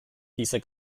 dieser